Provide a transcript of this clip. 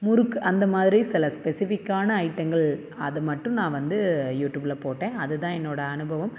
முறுக்கு அந்த மாதிரி சில ஸ்பெசிஃபிக்கான ஐட்டங்கள் அது மட்டும் நான் வந்து யூடியூப்பில் போட்டேன் அதுதான் என்னோட அனுபவம்